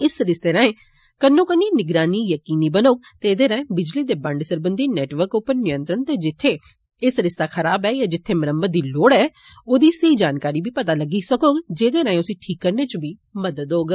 इस सरिस्ते राएं कन्नो कन्नी निगरानी यकीनी बनोग ते एदे राएं बिजली दे बंड सरबंधी नेटवर्क उप्पर नियंत्रण ते जित्थे एह सरिस्ता खराब ऐ या जित्थे मरम्त दी लोड़ ऐ ओदी सेई जानकारी बी पता लग्गी सकोग जेदे राएं उस्सी ठीक करने च बी मदद मिलोग